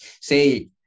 Say